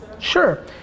Sure